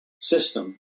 system